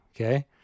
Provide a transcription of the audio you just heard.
okay